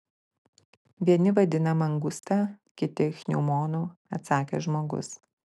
vieni vadina mangusta kiti ichneumonu atsakė žmogus